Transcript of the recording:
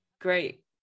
great